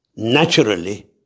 naturally